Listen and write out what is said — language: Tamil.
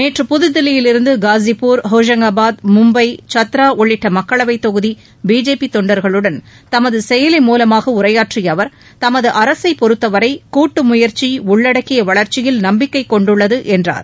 நேற்று புதுதில்லியிலிருந்து காஸியாபூர் ஒஷங்காபாத் மும்பை சத்ரா உள்ளிட்ட மக்களவைத் தொகுதி பிஜேபி தொண்டர்களுடன் தமது செயலி மூலமாக உரையாற்றிய அவர் தமது அரசை பொறுத்தவரை கூட்டுழுயற்சி உள்ளடக்கிய வளர்ச்சியில் நம்பிக்கை கொண்டுள்ளது என்றார்